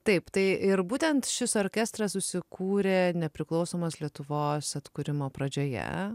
taip tai ir būtent šis orkestras susikūrė nepriklausomos lietuvos atkūrimo pradžioje